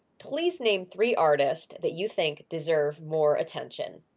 please name three artists that you think deserve more attention.